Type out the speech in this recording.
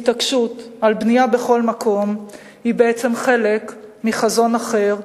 והתעקשות על בנייה בכל מקום היא בעצם חלק מחזון אחר,